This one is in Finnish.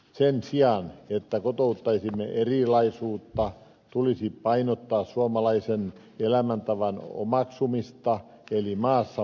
sen sijaan että kotouttaisimme erilaisuutta tulisi painottaa suomalaisen elämäntavan omaksumista eli maassa maan tavalla periaatetta